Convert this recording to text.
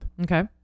Okay